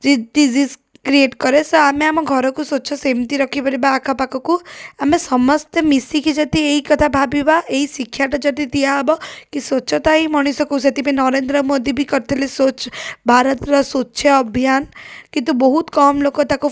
D disease create କରେ ତ ଆମେ ଆମ ଘରକୁ ସ୍ୱଚ୍ଛ ସେମିତି ରଖିପାରିବା ଆଖ ପାଖକୁ ଆମେ ସମସ୍ତେ ମିଶିକି ଯଦି ଏଇ କଥା ଭାବିବା ଏଇ ଶିକ୍ଷାଟା ଯଦି ଦିଆ ହବ କି ସ୍ୱଚ୍ଛତା ହିଁ ମଣିଷକୁ ସେଥିପାଇଁ ନରେନ୍ଦ୍ର ମୋଦି ବି କରିଥଲେ ସ୍ୱଚ୍ଛ ଭାରତର ସ୍ୱଚ୍ଛ ଅଭିୟାନ କିନ୍ତୁ ବହୁତ କମ୍ ଲୋକ ତାକୁ